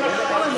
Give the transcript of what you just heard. את כל השעות שלך,